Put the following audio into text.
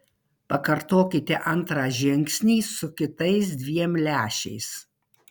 pakartokite antrą žingsnį su kitais dviem lęšiais